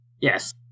Yes